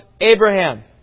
Abraham